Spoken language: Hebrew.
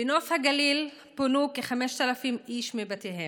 בנוף הגליל פונו כ-5,000 איש מבתיהם,